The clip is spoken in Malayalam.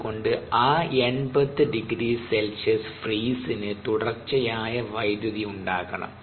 അതുകൊണ്ട് ആ 80 ºC ഫ്രീസിന് തുടർച്ചയായി വൈദ്യുതി ഉണ്ടാകണം